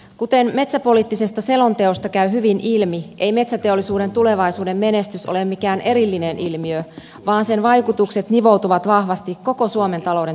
kuten metsäpoliittisesta selonteosta käy hyvin ilmi ei metsäteollisuuden tulevaisuuden menestys ole mikään erillinen ilmiö vaan sen vaikutukset nivoutuvat vahvasti koko suomen talouden tulevaisuuteen